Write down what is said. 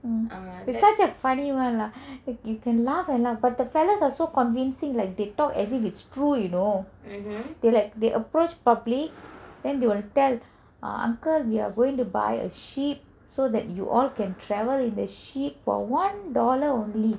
it's such a funny [one] lah you can laugh and laugh but the fellows are so convincing they talk as if it's true you know they approach public then they'll tell uncle we are going to buy a ship then you can all travel in the ship for one dollar only